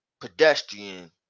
pedestrian